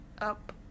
up